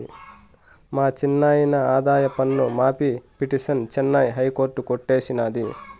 మా చిన్నాయిన ఆదాయపన్ను మాఫీ పిటిసన్ చెన్నై హైకోర్టు కొట్టేసినాది